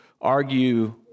argue